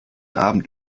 abend